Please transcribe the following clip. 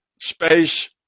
space